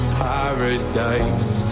paradise